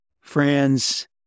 friends